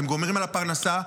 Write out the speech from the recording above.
אתם גומרים על הפרנסה,